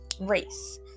race